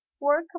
work